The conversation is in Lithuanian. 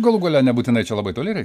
galų gale nebūtinai čia labai toli reikia